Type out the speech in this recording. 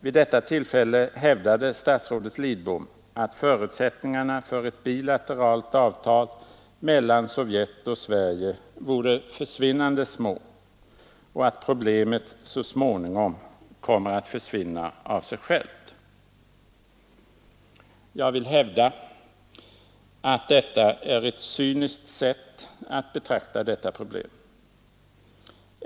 Vid detta tillfälle hävdade statsrådet Lidbom att förutsättningarna för ett bilateralt avtal mellan Sovjet och Sverige vore ”försvinnande små” och att problemet ”så småningom kommer att försvinna av sig självt”. Jag vill hävda att detta är ett cyniskt sätt att betrakta dessa problem.